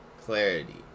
Clarity